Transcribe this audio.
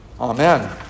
Amen